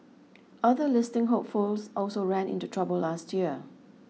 other listing hopefuls also ran into trouble last year